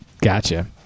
Gotcha